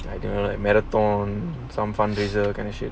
I don't know like marathon some fundraiser kind of thing